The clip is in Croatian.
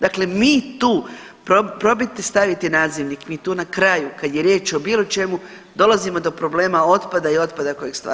Dakle mi tu, probajte staviti nazivnik, mi tu na kraju kad je riječ o bilo čemu dolazimo do problema otpada i otpada kojeg stvaramo.